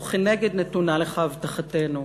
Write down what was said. וכנגד נתונה לך הבטחתנו: